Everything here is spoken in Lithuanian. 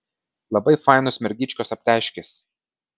labai fainos mergyčkos aptežkės